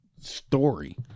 story